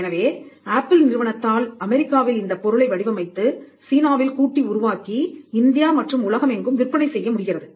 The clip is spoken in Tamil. எனவே ஆப்பிள் நிறுவனத்தால் அமெரிக்காவில் இந்தப் பொருளை வடிவமைத்து சீனாவில் கூட்டி உருவாக்கி இந்தியா மற்றும் உலகமெங்கும் விற்பனை செய்ய முடிகிறது